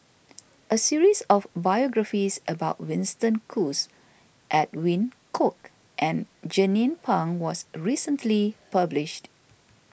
a series of biographies about Winston Choos Edwin Koek and Jernnine Pang was recently published